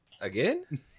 Again